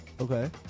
Okay